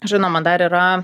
žinoma dar yra